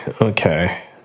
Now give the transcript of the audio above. okay